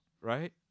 right